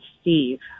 Steve